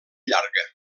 llarga